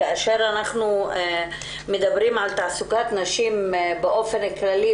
כאשר אנחנו מדברים על תעסוקת נשים באופן כללי,